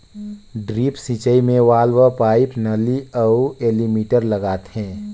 drip सिंचई मे valve, pipe, नली अउ एलीमिटर लगाथें